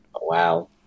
Wow